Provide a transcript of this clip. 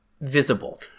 visible